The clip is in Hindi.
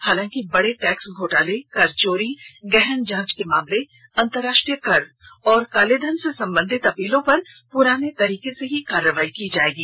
हालांकि बड़े टैक्स घोटाले कर चोरी गहन जांच के मामले अंतर्राष्ट्रीय कर और कालेधन से संबंधित अपीलों पर पुराने तरीके से ही कार्रवाई की जाएगी